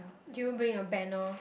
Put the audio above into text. do you bring a panel